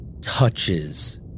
touches